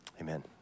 Amen